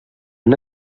han